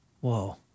Whoa